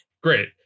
Great